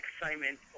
excitement